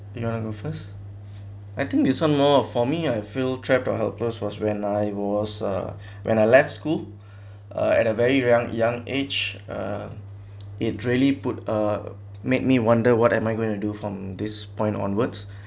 you wanna go first I think this one more for me I feel trapped or helpless was when I was uh when I left school uh at a very y~ young age uh it really put uh made me wonder what am I going to do from this point onwards